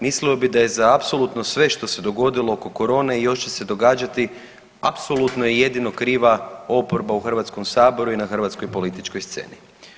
Mislio bi da je za apsolutno sve što se dogodilo oko korone i još će se događati, apsolutno i jedino kriva oporba u HS-u i na hrvatskoj političkoj sceni.